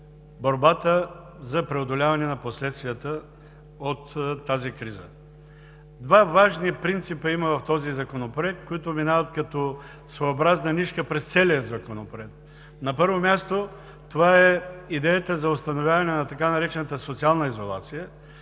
борбата за преодоляване на последствията от тази криза. Има два важни принципа в Законопроекта, които минават като своеобразна нишка през целия Законопроект. На първо място, това е идеята за установяване на така наречената социална изолация.